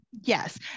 yes